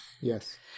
Yes